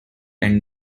and